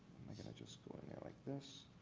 i'm going to just go in there like this